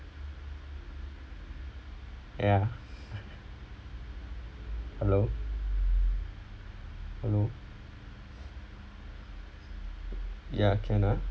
ya hello hello ya can ha